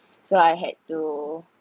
so I had to